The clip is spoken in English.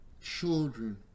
Children